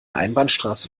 einbahnstraße